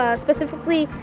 ah specifically,